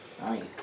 Nice